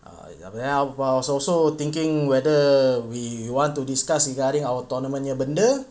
err while I was also thinking whether we want to discuss regarding our tournament punya benda